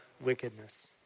wickedness